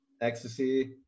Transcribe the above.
ecstasy